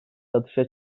satışa